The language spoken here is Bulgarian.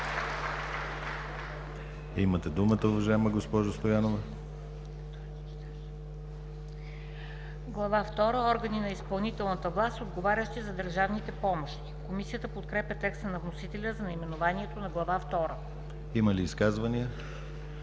Има ли изказвания?